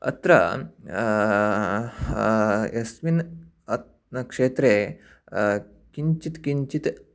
अत्र यस्मिन् अत्र क्षेत्रे किञ्चित् किञ्चित्